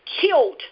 killed